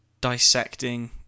dissecting